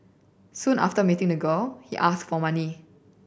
soon after meeting the girl he asked for money